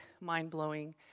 mind-blowing